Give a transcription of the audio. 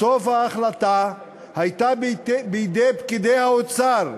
בסוף, ההחלטה הייתה בידי פקידי האוצר,